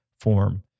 form